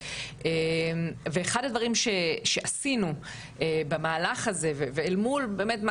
אחד הדברים שעשינו במהלך הזה אל מול באמת מה